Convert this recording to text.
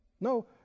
No